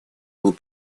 был